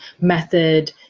method